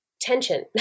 tension